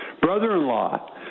brother-in-law